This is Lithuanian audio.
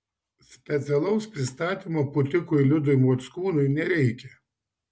specialaus pristatymo pūtikui liudui mockūnui nereikia